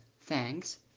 thanks